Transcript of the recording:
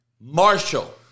Marshall